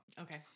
Okay